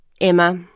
Emma